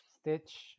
Stitch